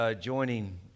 joining